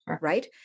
right